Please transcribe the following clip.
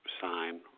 sign